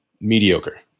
Mediocre